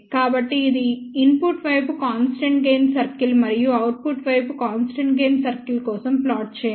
కాబట్టి ఇది ఇన్పుట్ వైపు కాన్స్టెంట్ గెయిన్ సర్కిల్ మరియు అవుట్పుట్ వైపు కాన్స్టెంట్ గెయిన్ సర్కిల్ కోసం ప్లాట్ చేయండి